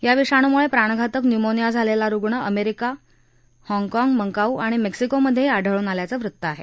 या विषाणूमुळे प्राणघातक न्यूमोनिया झालेला रुण अमेरिका हाँगकाँग मंकाऊ आणि मेक्सिकोमधेही आढळून आल्याचं वृत्त आहे